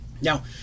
Now